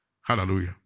Hallelujah